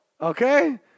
okay